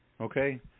okay